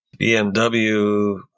BMW